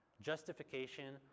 justification